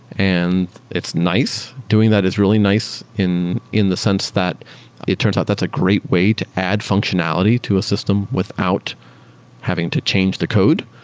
and it's nice doing that. it's really nice in in the sense that it turns out that's a great way to add functionality to a system without having to change the code,